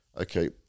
Okay